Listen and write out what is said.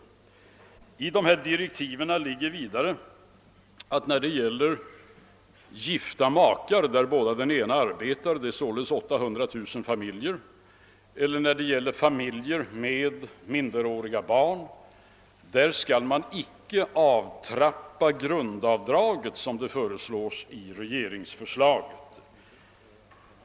Vidare innebär direktiven att när det gäller gifta makar där bara den ena arbetar — alltså omkring 800 000 familjer — eller familjer med minderåriga barn skulle man icke avtrappa grundavdraget på sätt som föreslås i regeringsförslaget.